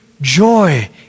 joy